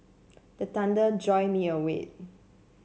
the thunder jolt me awake